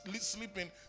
sleeping